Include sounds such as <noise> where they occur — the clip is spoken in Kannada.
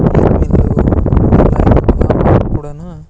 <unintelligible> ಎಲ್ಲ ಇದು ಕೂಡ